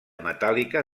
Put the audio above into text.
metàl·lica